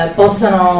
possano